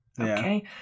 Okay